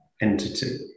entity